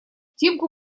тимку